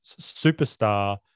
superstar